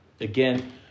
again